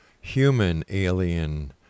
human-alien